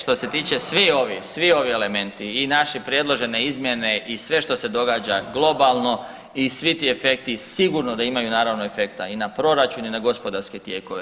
Što se tiče svi ovi elementi i naše predložene izmjene i sve što se događa globalno i svi ti efekti sigurno da imaju naravno efekta i na proračun i na gospodarske tijekove.